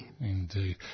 Indeed